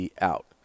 out